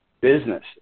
business